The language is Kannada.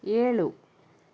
ಏಳು